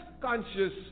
conscious